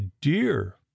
dear